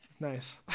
Nice